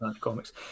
comics